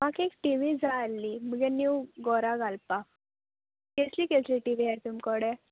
म्हाका एक T V जाय आहली मुगे न्यू घोरा घालपाक केसली केसली टी वी आहा तुमकोडे